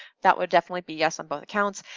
that would definitely be yes on both accounts.